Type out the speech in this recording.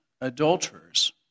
adulterers